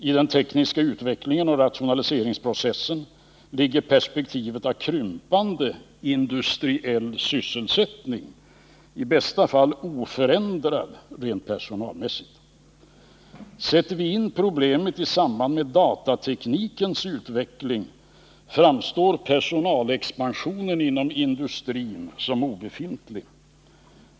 I den tekniska utvecklingsoch rationaliseringsprocessen ligger perspektivet av en krympande eller i bästa fall oförändrad industriell sysselsättning rent personalmässigt. Sätter vi problemet i samband med datateknikens utveckling framstår personalexpansionen inom industrin som obefintlig.